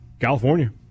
California